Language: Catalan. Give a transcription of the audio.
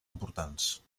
importants